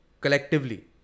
collectively